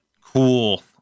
cool